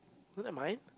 don't like mine